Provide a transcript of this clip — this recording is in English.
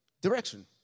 Direction